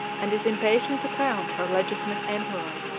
and is impatient to crown her legitimate emperor.